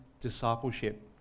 discipleship